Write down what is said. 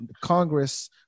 Congress